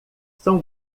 são